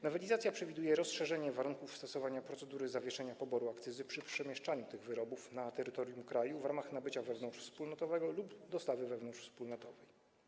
Nowelizacja przewiduje rozszerzenie warunków stosowania procedury zawieszenia poboru akcyzy przy przemieszczaniu tych wyrobów na terytorium kraju w ramach nabycia wewnątrzwspólnotowego lub dostawy wewnątrzwspólnotowej.